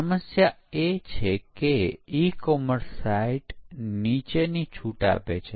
એક સાધન એ કેપ્ચર અને રિપ્લે છે